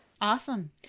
Awesome